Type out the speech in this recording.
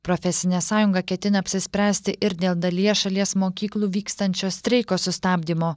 profesinė sąjunga ketina apsispręsti ir dėl dalyje šalies mokyklų vykstančio streiko sustabdymo